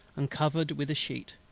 and covered with a sheet.